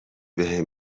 بهم